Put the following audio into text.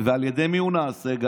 ועל ידי מי הוא נעשה?